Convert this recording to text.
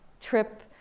trip